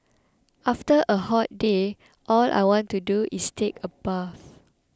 after a hot day all I want to do is take a bath